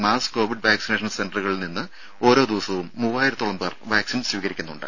mass covid vaccination സെന്ററുകളിൽനിന്ന് ഓരോ ദിവസവും മൂവായിരത്തോളംപേർ വാക്സിൻ സ്വീകരിക്കുന്നുണ്ട്